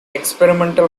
experimental